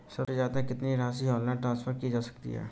सबसे ज़्यादा कितनी राशि ऑनलाइन ट्रांसफर की जा सकती है?